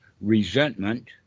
resentment